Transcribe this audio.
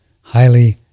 Highly